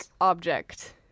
object